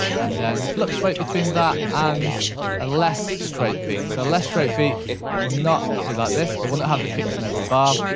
and then we fluctuate between that and a less straight beat a so less straight beat will not be like this, it will not have the kicks in every bar,